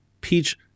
Peach